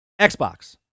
Xbox